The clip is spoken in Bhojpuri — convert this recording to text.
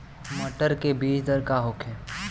मटर के बीज दर का होखे?